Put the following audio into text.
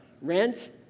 rent